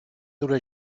dura